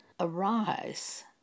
arise